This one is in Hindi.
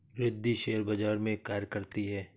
रिद्धी शेयर बाजार में कार्य करती है